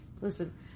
Listen